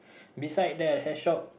beside there has shop